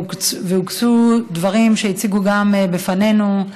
הוקצו דברים והציגו גם בפנינו,